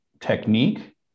technique